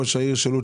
ראש העיר לוד,